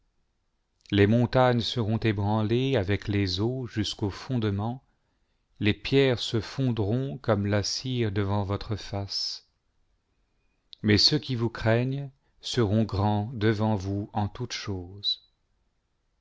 les montagnes seront ébranlées avec les eaux jusqu'aux fondements les pierres se fondront comme la cire devant votre face mais ceux qui vous craignent seront grands devant vous en toutes choses